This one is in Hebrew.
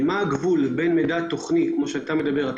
מה הגבול בין מידע תוכני לבין מידע טכנולוגי עד